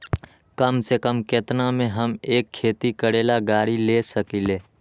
कम से कम केतना में हम एक खेती करेला गाड़ी ले सकींले?